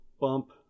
bump